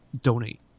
donate